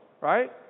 right